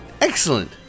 Excellent